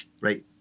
right